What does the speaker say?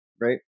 Right